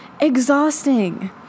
exhausting